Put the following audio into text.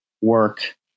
work